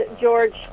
george